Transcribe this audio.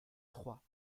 trois